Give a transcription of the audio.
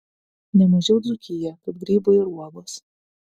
ne mažiau dzūkiją kaip grybai ir uogos